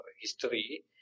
history